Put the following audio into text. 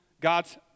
God's